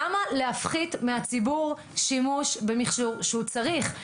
למה להפחית מהציבור שימוש במכשור שהוא צריך?